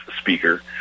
speaker